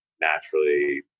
naturally